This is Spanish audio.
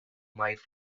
mike